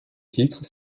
titre